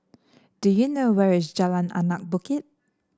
do you know where is Jalan Anak Bukit